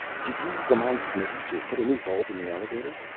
did you remind smitty to put a new bulb in the elevator?